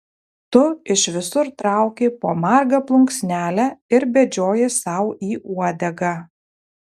tu iš visur trauki po margą plunksnelę ir bedžioji sau į uodegą